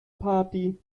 party